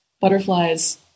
butterflies